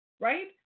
right